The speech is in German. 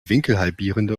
winkelhalbierende